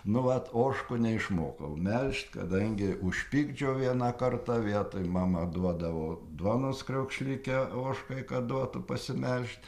nu vat ožkų neišmokau melžt kadangi užpykdžiau vieną kartą vietoj mama duodavo duonos kriaukšlikę ožkai kad duotų pasimelžt